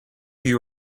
you